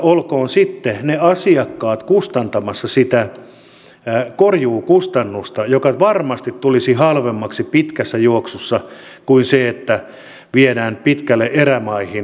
olkoot sitten ne asiakkaat kustantamassa sitä korjuukustannusta joka varmasti tulisi halvemmaksi pitkässä juoksussa kuin se että viedään pitkälle erämaihin maakaapelia